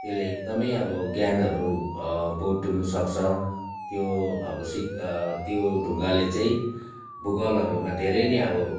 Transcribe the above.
त्यसले एकदमै अब ज्ञानहरू बटुल्नसक्छ त्यो अब सिक्का त्यो ढुङ्गाले चाहिँ भूगोलहरूमा धेरै नै अब